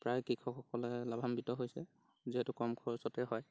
প্ৰায় কৃষকসকলে লাভান্বিত হৈছে যিহেতু কম খৰচতে হয়